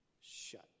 shut